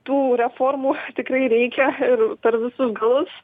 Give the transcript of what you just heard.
tų reformų tikrai reikia ir per visus galus